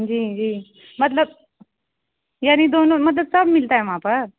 जी जी मतलब यानि दो नम्बर से सब मिलता है वहाँ पर